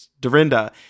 dorinda